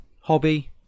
hobby